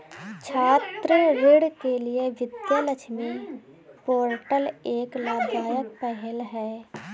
छात्र ऋण के लिए विद्या लक्ष्मी पोर्टल एक लाभदायक पहल है